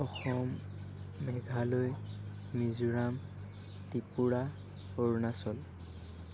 Assam Meghalaya Mizoram Tripura Arunachal